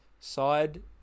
Side